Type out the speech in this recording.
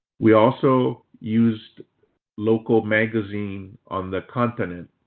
we also used local magazine on the continent.